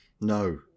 No